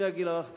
מהגיל הרך צפונה,